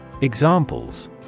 Examples